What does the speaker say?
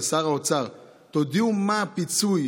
לשר האוצר: תודיעו מה הפיצוי